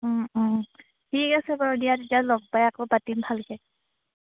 ঠিক আছে বাৰু দিয়া তেতিয়া লগ পাই আকৌ পাতিম ভালকৈ